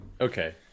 Okay